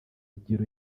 higiro